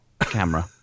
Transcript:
camera